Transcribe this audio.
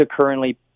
currently